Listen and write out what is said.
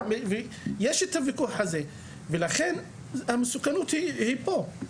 יש את הוויכוח הזה, לכן המסוכנות היא פה.